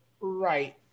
Right